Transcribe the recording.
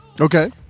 Okay